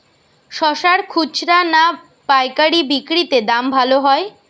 শশার খুচরা না পায়কারী বিক্রি তে দাম ভালো হয়?